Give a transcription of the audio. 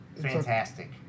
fantastic